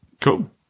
Cool